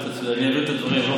אני אעביר את הדברים.